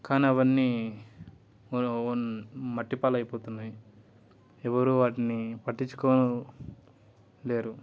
కాని అవన్నీ ఊ ఉన్ మట్టిపాలు అయిపోతున్నాయి ఎవరు వాటిని పట్టించుకో లేరు